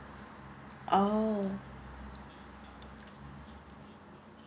oh